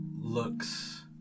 looks